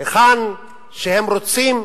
היכן שהם רוצים,